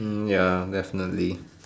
hmm ya definitely